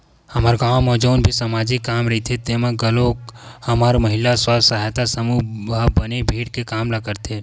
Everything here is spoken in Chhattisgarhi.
हमर गाँव म जउन भी समाजिक काम रहिथे तेमे घलोक हमर महिला स्व सहायता समूह ह बने भीड़ के काम ल करथे